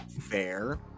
Fair